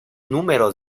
número